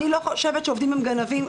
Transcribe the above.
אני לא חושבת שעובדים הם גנבים.